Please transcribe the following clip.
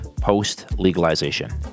post-legalization